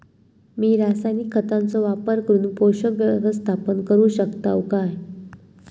मी रासायनिक खतांचो वापर करून पोषक व्यवस्थापन करू शकताव काय?